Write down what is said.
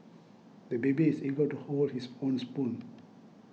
the baby is eager to hold his own spoon